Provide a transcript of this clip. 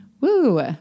Woo